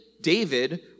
David